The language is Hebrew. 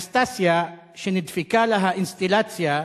אנסטסיה, שנדפקה לה האינסטלציה,